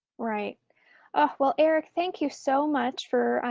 right. oh well, eric thank you so much for, ah,